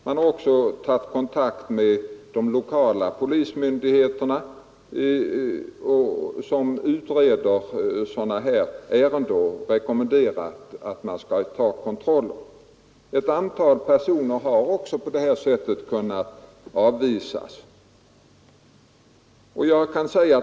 Man har också tagit kontakt med de lokala polismyndigheterna, som utreder sådana här ärenden, och rekommenderat dem att göra kontroller. Ett antal personer har också på det här sättet kunnat avvisas.